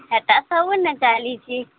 ସେଟା ସବୁ ନେ ଚାଲିଛି